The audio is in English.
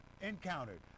encountered